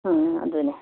ꯑꯗꯨꯅꯤ